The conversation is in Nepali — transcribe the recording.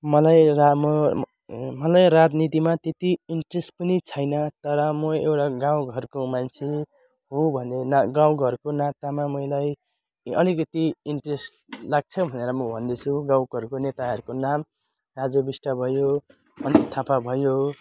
मलाई राम मलाई राजनीतिमा त्यति इन्ट्रेस पनि छैन तर म एउटा गाउँघरको मान्छे हो भने ना गाउँघरको नातामा मलाई अलिकति इन्ट्रेस लाग्छ भनेर म भन्दैछु गाउँघरको नेताहरूको नाम राजु बिष्ट भयो अनित थापा भयो